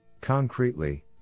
Concretely